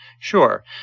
Sure